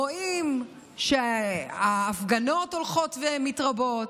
רואים שההפגנות הולכות ומתרבות,